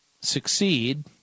succeed